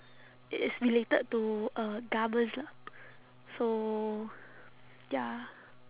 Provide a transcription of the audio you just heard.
it is related to uh garments lah so ya